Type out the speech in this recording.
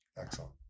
excellent